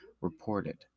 Reported